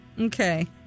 Okay